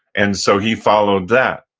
and so he followed that.